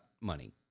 money